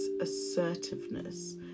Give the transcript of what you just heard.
assertiveness